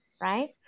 right